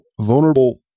vulnerable